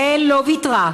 יעל לא ויתרה.